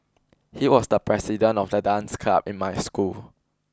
he was the president of the dance club in my school